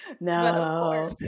No